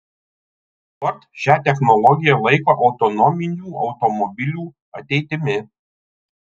ford šią technologiją laiko autonominių automobilių ateitimi